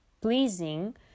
pleasing